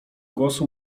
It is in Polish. głosu